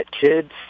kids